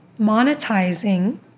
monetizing